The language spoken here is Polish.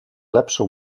lepszą